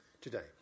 today